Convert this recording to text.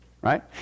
right